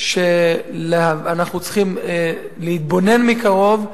שאנחנו צריכים להתבונן מקרוב,